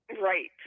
Right